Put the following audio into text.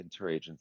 Interagency